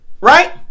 right